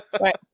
Right